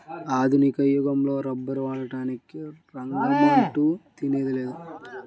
ఆధునిక యుగంలో రబ్బరు వాడని రంగమంటూ లేనేలేదు